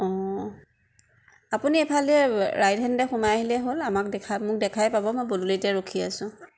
অঁ আপুনি এইফালেৰে ৰাইট হেণ্ডে সোমাই আহিলেই হ'ল আমাক দেখাই মোক দেখাই পাব মই পদূলিতে ৰখি আছো